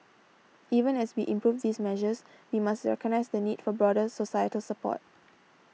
even as we improve these measures we must recognise the need for broader societal support